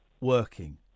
working